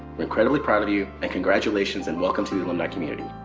we're incredibly proud of you, and congratulations and welcome to the alumni community.